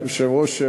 היושב-ראש,